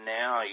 now